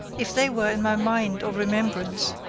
if they were in my mind or remembrance,